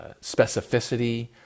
specificity